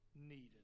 needed